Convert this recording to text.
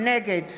נגד